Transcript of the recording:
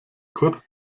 kurz